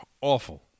Awful